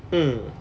hmm